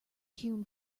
hewn